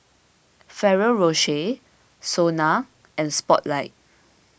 Ferrero Rocher Sona and Spotlight